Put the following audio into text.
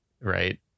Right